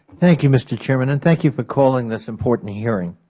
thank you, mr. chairman. and thank you for calling this important hearing.